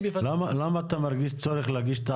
זאת אומרת מה בסיס החישוב?